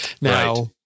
Now